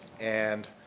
and,